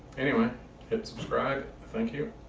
anyway hit subscribe, thank you.